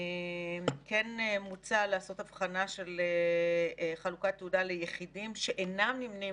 כן מוצע לעשות הבחנה של חלוקת תעודה ליחידים שאינם נמנים